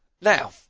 Now